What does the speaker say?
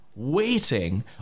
Waiting